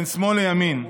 בין שמאל לימין,